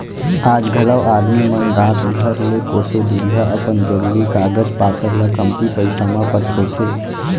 आज घलौ आदमी मन डाकघर ले कोसों दुरिहा अपन जरूरी कागज पातर ल कमती पइसा म पठोथें